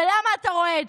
ולמה אתה רועד?